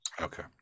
okay